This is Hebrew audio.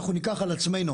אנחנו ניקח על עצמנו,